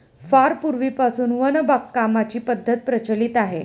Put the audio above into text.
फार पूर्वीपासून वन बागकामाची पद्धत प्रचलित आहे